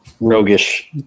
roguish